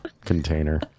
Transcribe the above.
container